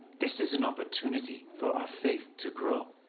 this is an opportunity for our faith to grow.